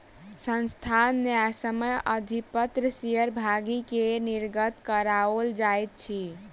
संस्थान न्यायसम्य अधिपत्र शेयर भागी के निर्गत कराओल जाइत अछि